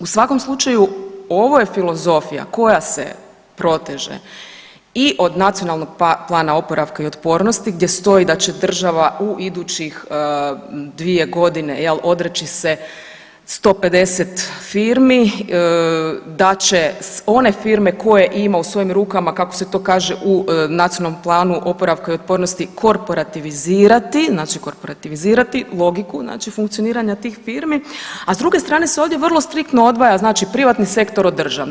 U svakom slučaju ovo je filozofija koja se proteže i od Nacionalnog plana oporavka i otpornosti gdje stoji da će država u idućih dvije godine odreći se 150 firmi, da će one firme koje ima u svojim rukama kako se to kaže u Nacionalnom planu oporavka i otpornosti korporativizirati znači korporativizirati logiku funkcioniranja tih firmi, a s druge strane se ovdje vrlo striktno odvaja privatni sektor od državnog.